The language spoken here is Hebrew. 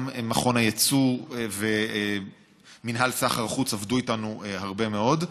גם מכון היצוא ומינהל סחר חוץ עבדו איתנו הרבה מאוד.